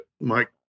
Mike